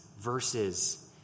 verses